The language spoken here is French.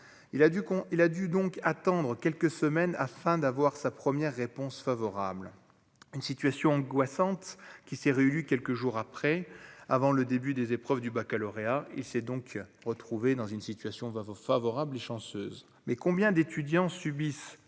il a dû donc attendre quelques semaines afin d'avoir sa première réponse favorable une situation angoissante qui s'est réélu, quelques jours après, avant le début des épreuves du Baccalauréat et s'est donc retrouvé dans une situation favorable et chanceuse mais combien d'étudiants subissent